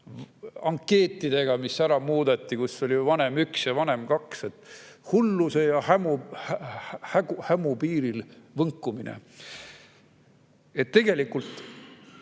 ankeetidega, mis ära muudeti, kus oli vanem 1 ja vanem 2. Hulluse ja hämu piiril võnkumine. Tegelikult,